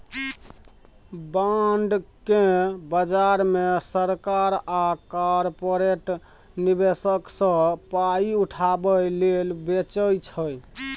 bond केँ बजार मे सरकार आ कारपोरेट निबेशक सँ पाइ उठाबै लेल बेचै छै